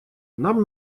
нам